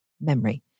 memory